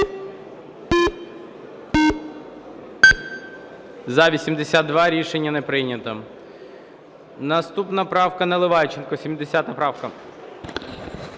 За-82 Рішення не прийнято. Наступна правка Наливайченка, 70 правка.